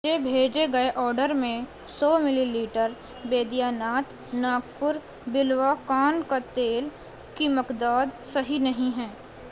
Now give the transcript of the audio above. مجھے بھیجے گئے آڈر میں سو millilitre Baidyanath Nagpur بلوا کان کا تیل کی مقداد صحیح نہیں ہیں